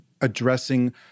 addressing